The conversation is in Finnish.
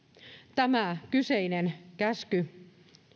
tämä kyseinen käsky